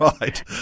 Right